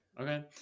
okay